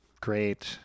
great